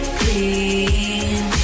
clean